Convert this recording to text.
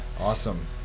Awesome